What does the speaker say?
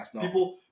People